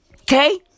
Okay